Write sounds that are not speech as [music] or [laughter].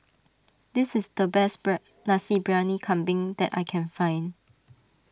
this is the best [unintelligible] Nasi Briyani Kambing that I can find